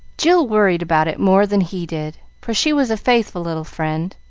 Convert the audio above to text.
jill worried about it more than he did, for she was a faithful little friend,